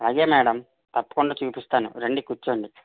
అలాగే మేడం తప్పకుండా చూపిస్తాను రండి కూర్చోండి